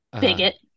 Bigot